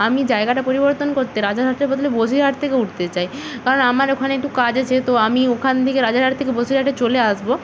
আমি জায়গাটা পরিবর্তন করতে রাজারহাটের বদলে বসিরহাট থেকে উঠতে চাই কারণ আমার ওখানে একটু কাজ আছে তো আমি ওখান থেকে রাজারহাট থেকে বসিরহাটে চলে আসব